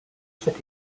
city